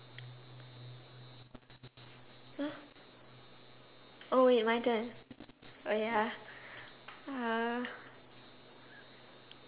!huh! oh wait my turn oh ya uh